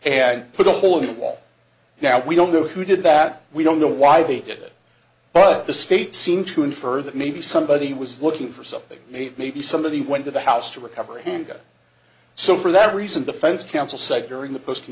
had put a hole in the wall now we don't know who did that we don't know why they did it but the state seemed to infer that maybe somebody was looking for something maybe somebody went to the house to recover him go so for that reason defense counsel said during the post